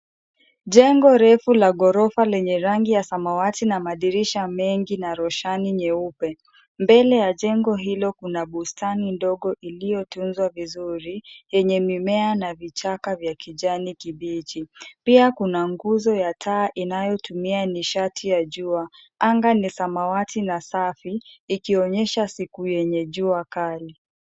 Jengo refu la ghorofa lenye rangi ya samawati na madirisha mengi na roshani nyeupe. Mbele ya jengo hilo kuna bustani ndogo iliyotunzwa vizuri, yenye mimea na vichaka vya kijani kibichi. Pia kuna nguzo ya taa inayotumia nishati ya jua. Anga ni samawati na safi likionyesha siku yenye jua kali.